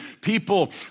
people